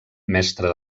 mestre